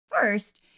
First